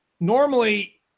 Normally